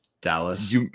Dallas